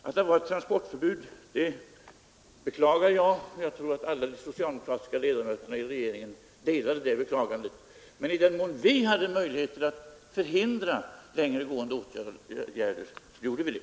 Att det fanns transportförbud beklagade jag, och jag tror att alla de socialdemokratiska ledamöterna i regeringen delade det beklagandet. I den mån vi hade möjligheter att förhindra längre gående åtgärder gjorde vi det.